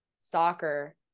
soccer